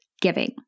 giving